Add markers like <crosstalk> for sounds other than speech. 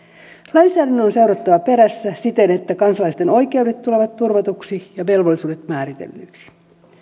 lainsäädännön on seurattava perässä siten että kansalaisten oikeudet tulevat turvatuiksi <unintelligible> ja velvollisuudet määritellyiksi